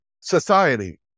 society